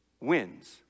wins